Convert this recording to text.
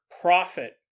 profit